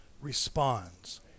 responds